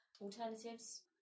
alternatives